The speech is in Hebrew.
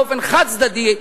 באופן חד-צדדי,